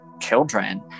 children